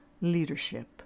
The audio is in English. leadership